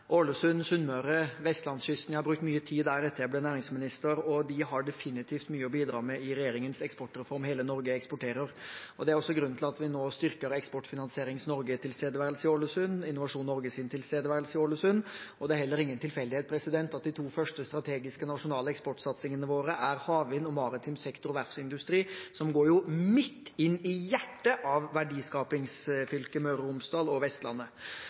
har brukt mye tid i Ålesund, Sunnmøre og på vestlandskysten etter at jeg ble næringsminister, og de har definitivt mye å bidra med i regjeringens eksportreform, «Hele Norge eksporterer». Det er også grunnen til at vi nå styrker Eksportfinansiering Norge sin tilstedeværelse i Ålesund og Innovasjon Norge sin tilstedeværelse i Ålesund. Det er heller ingen tilfeldighet at de to første strategiske nasjonale eksportsatsingene våre er havvind og maritim sektor/verftsindustri, som jo går rett inn i hjertet av verdiskapingsfylket Møre og Romsdal og Vestlandet.